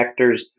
vectors